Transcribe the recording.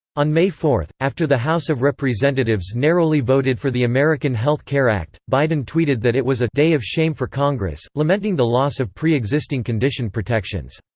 on may four, after the house of representatives narrowly voted for the american health care act, biden tweeted that it was a day of shame for congress, lamenting the loss of pre-existing condition protections.